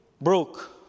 broke